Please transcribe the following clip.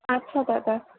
আচ্ছা দাদা